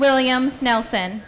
william nelson